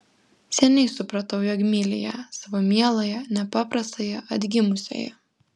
seniai supratau jog myli ją savo mieląją nepaprastąją atgimusiąją